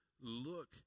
look